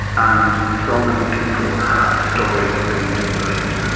and so many people have stories of being disbelieved,